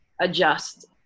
adjust